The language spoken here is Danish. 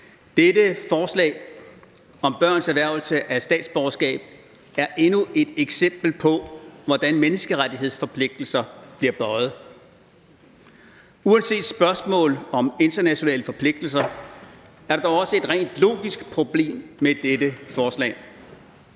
Dette forslag om børns erhvervelse af statsborgerskab er endnu et eksempel på, hvordan menneskerettighedsforpligtelser bliver bøjet. Uanset spørgsmålet om internationale forpligtelser er der dog også et rent logisk problem med dette forslag.